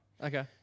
okay